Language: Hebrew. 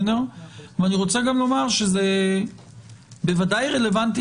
אני רוצה גם לומר שזה בוודאי רלוונטי